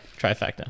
trifecta